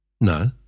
No